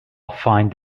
find